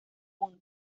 punto